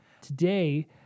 Today